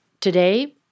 today